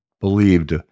believed